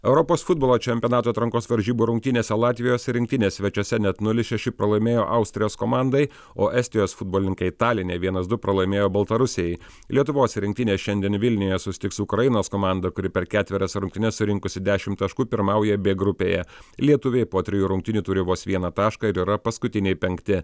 europos futbolo čempionato atrankos varžybų rungtynėse latvijos rinktinė svečiuose net nulis šeši pralaimėjo austrijos komandai o estijos futbolininkai taline viena du pralaimėjo baltarusijai lietuvos rinktinė šiandien vilniuje susitiks su ukrainos komanda kuri per ketverias rungtynes surinkusi dešim taškų pirmauja b grupėje lietuviai po trijų rungtynių turi vos vieną tašką ir yra paskutiniai penkti